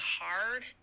hard